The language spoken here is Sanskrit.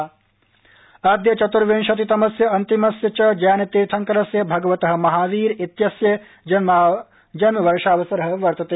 महावीर जयन्ती अद्य चत्र्विंशतितमस्य अन्तिमस्य च जैनतीर्थंकरस्य भगवत महावीर इत्यस्य जन्मवर्षावसर वर्तते